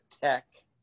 Tech